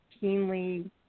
keenly